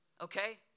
okay